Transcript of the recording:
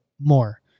more